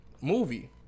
movie